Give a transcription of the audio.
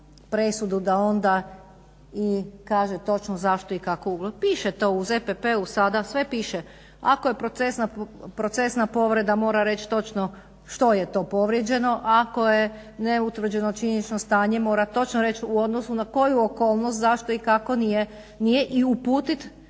presudu da onda i kaže točno zašto i kako, piše to u ZPP-u sada sve piše. Ako je procesna povreda mora reći točno što je to povrijeđeno, ako je neutvrđeno činjenično stanje mora točno reći u odnosu na koju okolnost zašto i kako nije i uputit